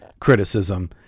criticism